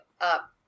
up